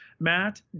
Matt